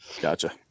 Gotcha